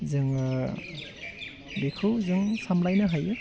जोङो बेखौ जों सामलायनो हायो